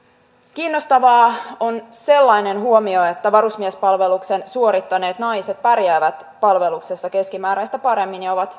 kiinnostavaa on sellainen huomio että varusmiespalveluksen suorittaneet naiset pärjäävät palveluksessa keskimääräistä paremmin ja ovat